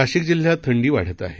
नाशिक जिल्ह्यात थंडी वाढत आहे